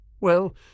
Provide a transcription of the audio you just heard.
Well